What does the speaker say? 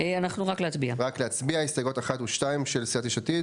כל הטבה אחרת הנגזרת ממשך תקופת קיומה של יתרת זכות בחשבון התשלום,